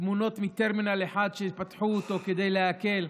התמונות מטרמינל 1, שפתחו אותו כדי להקל,